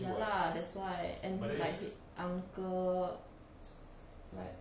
ya lah that's why and like he uncle like